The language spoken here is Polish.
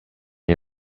nie